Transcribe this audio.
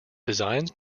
designs